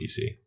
PC